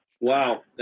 Wow